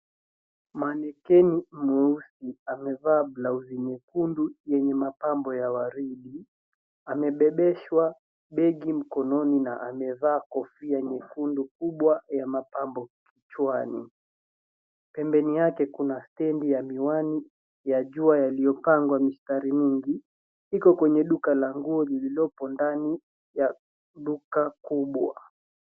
Mannequin mweusi amevaa blauzi nyekundu yenye mapambo ya waridi. Amebebeshwa begi mkononi na amevaa kofia nyekundu kubwa ya mapambo kichwani. Pembeni yake kuna stendi ya miwani ya jua yaliyopangwa mistari mingi; iko kwenye duka la nguo lililopo ndani ya duka kubwa.